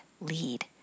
lead